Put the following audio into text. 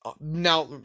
Now